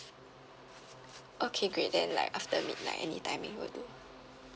okay great then like after midnight anytime it will do